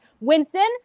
Winston